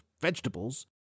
vegetables